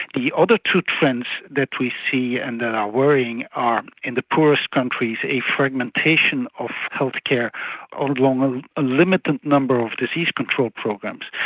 the other two trends that we see and that are worrying are in the poorest countries a fragmentation of health care along a limited number of disease control programs.